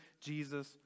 Jesus